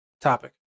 topic